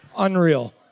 Unreal